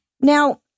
Now